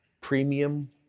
premium